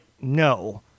no